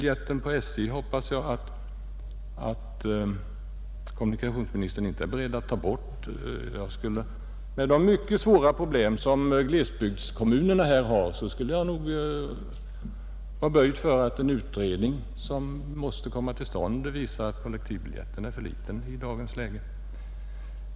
Jag hoppas att kommunikationsministern inte är beredd att ta bort kollektivbiljetten. Med hänsyn till de mycket svåra problem glesbygdskommunerna har i detta avseende skulle jag vara böjd för att tro att en utredning, som måste komma till stånd, skulle finna att kollektivbiljetten är för liten i dagens läge.